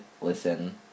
listen